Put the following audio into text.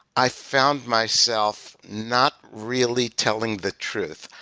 i found myself not really telling the truth,